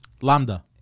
Lambda